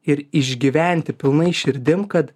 ir išgyventi pilnai širdim kad